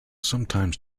sometimes